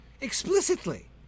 Explicitly